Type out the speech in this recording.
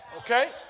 Okay